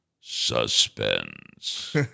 suspense